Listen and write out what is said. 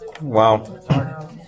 Wow